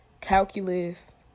calculus